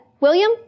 William